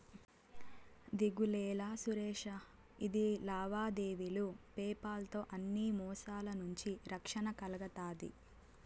దిగులేలా సురేషా, ఇది లావాదేవీలు పేపాల్ తో అన్ని మోసాల నుంచి రక్షణ కల్గతాది